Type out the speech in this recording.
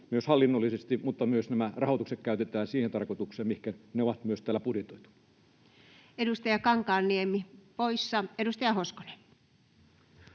myös hallinnollisesti, mutta myös se, että rahoitus käytetään siihen tarkoitukseen, mihinkä se on täällä budjetoitu. Edustaja Kankaanniemi — poissa. Edustaja Hoskonen.